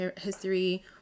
history